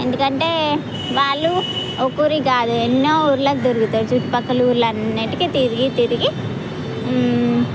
ఎందుకంటే వాళ్ళు ఒక ఊరుకి కాదు ఎన్నో ఊళ్ళకి తిరుగుతారు చుట్టుపక్కల ఊళ్ళు అన్నింటికి తిరిగి తిరిగి